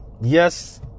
Yes